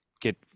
get